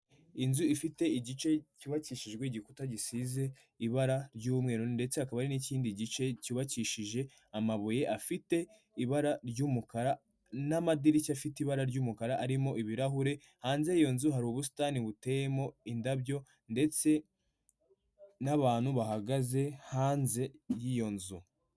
Inzu ifite igice cyubakishijwe igikuta gisize ibara ry'umweru ndetse hakaba n'ikindi gice cyubakishije amabuye afite ibara ry'umukara n'amadirishya afite ibara ry'umukara arimo ibirahure, hanze y'iyo nzu hari ubusitani buteyemo indabyo ndetse n'abantu bahagaze hanze y'iyo nzu.